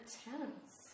tense